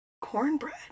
cornbread